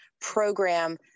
program